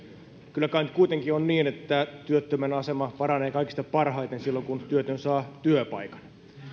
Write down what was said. kyllä kai nyt kuitenkin on niin että työttömän asema paranee kaikista parhaiten silloin kun työtön saa työpaikan